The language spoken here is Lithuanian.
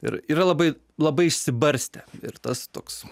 ir yra labai labai išsibarstę ir tas toks